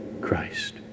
Christ